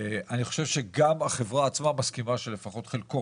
אני חושב שגם החברה עצמה מסכימה שלפחות חלקו